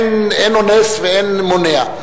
אין אונס ואין מונע.